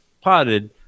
potted